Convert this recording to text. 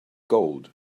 gold